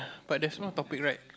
but there's more topic right